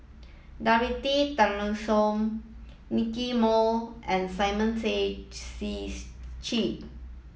Dorothy Tessensohn Nicky Moey and Simon Tay Seong Chee